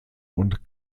und